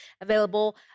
available